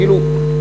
כאילו,